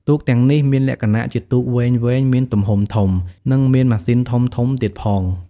ទូកទាំងនេះមានលក្ចណៈជាទូកវែងៗមានទំហំធំ និងមានម៉ាស៊ីនធំៗទៀតផង។